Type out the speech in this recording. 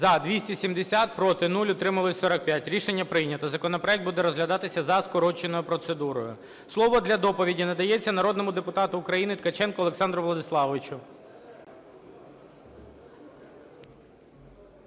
За-270 Проти – 0, утримались – 45. Рішення прийнято. Законопроект буде розглядатися за скороченою процедурою. Слово для доповіді надається народному депутату Ткаченку Олександру Владиславовичу.